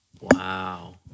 Wow